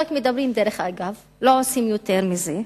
דרך אגב, אנחנו רק מדברים, לא עושים יותר מזה,